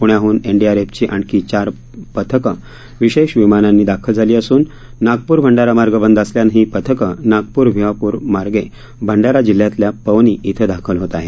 प्ण्याहन एनडीआरएफची आणखी चार पथकं विषेश विमानानी दाखल झाली असून नागपूर भंडारा मार्ग बंद असल्यानं ही पथकं नागपूर भिवापूर मार्गे भंडारा जिल्ह्यातल्या पवनी इथं दाखल होत आहेत